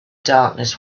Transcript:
darkness